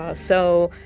ah so,